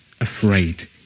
afraid